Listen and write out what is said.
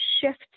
shift